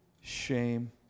shame